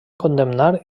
condemnar